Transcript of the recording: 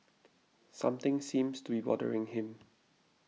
something seems to be bothering him